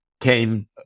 came